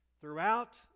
Throughout